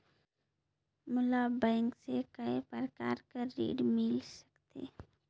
मोला बैंक से काय प्रकार कर ऋण मिल सकथे?